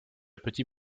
petit